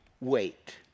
wait